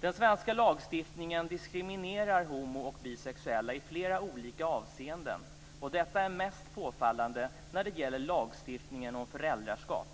Den svenska lagstiftningen diskriminerar homooch bisexuella i flera olika avseenden, och detta är mest påfallande i lagstiftningen om föräldraskap.